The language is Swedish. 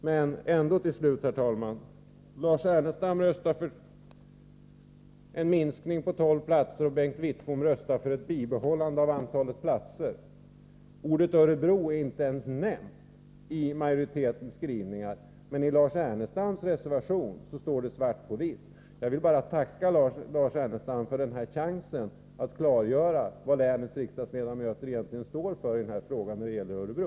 Slutligen, herr talman, är det alltså så att Lars Ernestam röstar för en minskning på tolv platser och Bengt Wittbom röstar för ett bibehållande av antalet platser. Orten Örebro är inte ens nämnd i majoritetens skrivningar, men i Lars Ernestams reservation står det svart på vitt. Jag vill bara tacka Lars Ernestam för denna chans att klargöra vad länets riksdagsledamöter egentligen står för i denna fråga när det gäller Örebro.